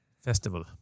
Festival